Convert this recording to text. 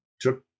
took